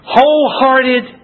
Wholehearted